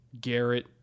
Garrett